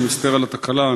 אני מצטער על התקלה,